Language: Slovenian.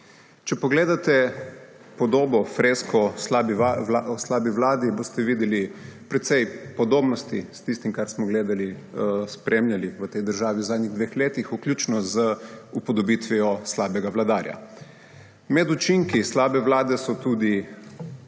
Če pogledate podobo, fresko o slabi vladi, boste videli precej podobnosti s tistim, kar smo gledali, spremljali v tej državi v zadnjih dveh letih, vključno z upodobitvijo slabega vladarja. Med učinki slabe vlade so tudi